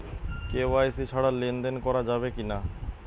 KYC ছাড়া লেনদেন করা যাবে কিনা?